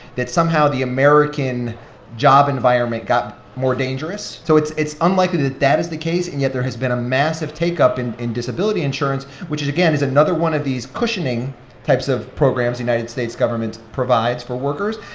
that somehow the american job environment got more dangerous for workers so it's it's unlikely that that is the case. and yet there has been a massive takeup in in disability insurance, which is, again, is another one of these cushioning types of programs the united states government provides for workers.